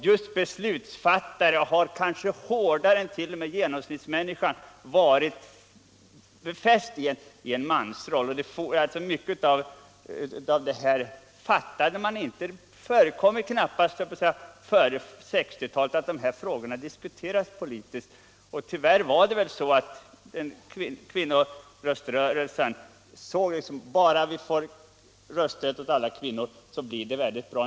Just beslutsfattare har kanske hårdare än genomsnittsmänniskan varit befästa i en mansroll som fordrat mycket av dem. Förr fattade man inte mycket av denna debatt — det förekommer knappast före 1960-talet att dessa frågor diskuterats. Kanske såg kvinnorättsrörelsen bara rösträtten och trodde att om kvinnorna får rösträtt blir allting bra.